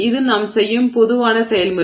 இது நாம் செய்யும் பொதுவான செயல்முறை